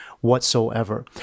whatsoever